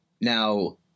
Now